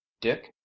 Dick